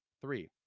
Three